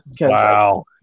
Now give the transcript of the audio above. Wow